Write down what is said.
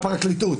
הפרקליטות.